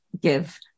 give